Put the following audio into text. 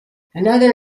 another